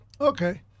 Okay